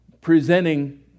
presenting